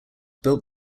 built